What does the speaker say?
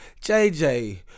jj